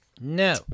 No